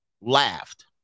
laughed